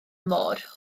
môr